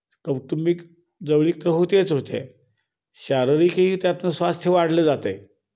कौटुंबिक जवळीक तर होतेच होते शारीरिकही त्यातनं स्वास्थ्य वाढलं जातं आहे